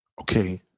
Okay